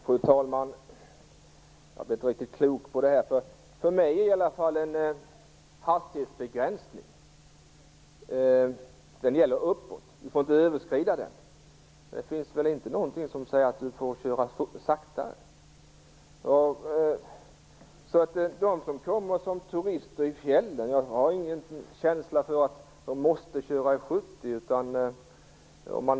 Fru talman! Jag blir inte klok på detta, därför att för mig gäller att en hastighetsgräns inte får överskridas. Det finns väl ingenting som säger att man inte får köra saktare. De turister som kommer till fjällen har ingen känsla av att de måste köra i 70 kilometer i timmen.